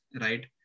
right